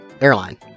airline